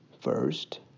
first